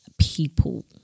people